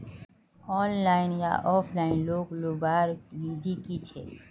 Online या offline loan लुबार विधि की छे?